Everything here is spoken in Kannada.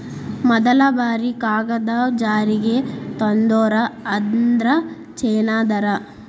ಮದಲ ಬಾರಿ ಕಾಗದಾ ಜಾರಿಗೆ ತಂದೋರ ಅಂದ್ರ ಚೇನಾದಾರ